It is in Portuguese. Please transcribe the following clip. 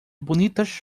bonitas